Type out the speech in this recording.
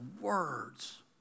words